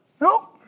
No